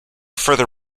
further